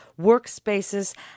workspaces